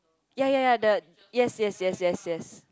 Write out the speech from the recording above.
ya ya ya the yes yes yes yes yes